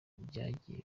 byagiye